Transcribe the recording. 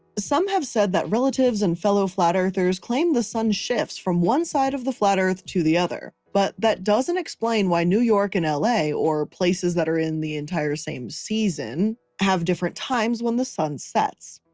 some have said that relatives and fellow flat-earthers, claim the sun shifts from one side of the flat earth to the other. but that doesn't explain why new york and la or places that are in the entire same season have different times when the sun sets.